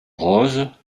rose